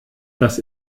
das